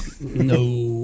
No